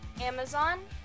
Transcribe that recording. Amazon